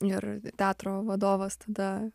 ir teatro vadovas tada